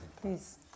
please